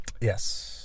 Yes